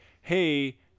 hey